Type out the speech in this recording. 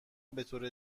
بطور